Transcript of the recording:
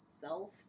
self